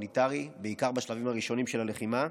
בעיקר בשלבים הראשונים של הלחימה.